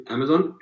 Amazon